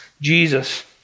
Jesus